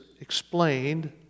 explained